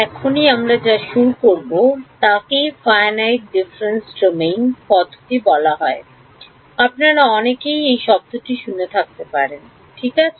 এখনই আমরা যা শুরু করব তাকেই Finite Difference Time ডোমেন পদ্ধতি বলা হয় আপনারা অনেকেই এই শব্দটি শুনে থাকতে পারেন ঠিক আছে